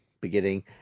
beginning